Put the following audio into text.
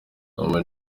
ama